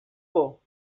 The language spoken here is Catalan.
por